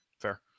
Fair